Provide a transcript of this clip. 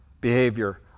behavior